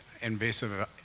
invasive